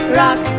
rock